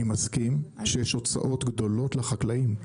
אני מסכים שיש הוצאות גדולות לחקלאים,